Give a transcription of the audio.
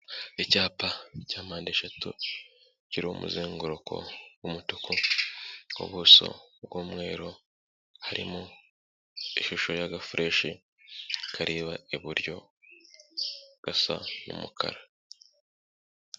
Icyapa cya mpande eshatu, kiriho umuzenguruko w'umutuku, ubuso bw'umweru, harimo ishusho y'agafureshi kareba iburyo, gasa n'umukara.